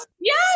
yes